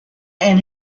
and